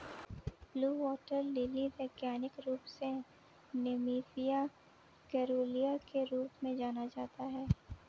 blue water lily वैज्ञानिक रूप से निम्फिया केरूलिया के रूप में जाना जाता है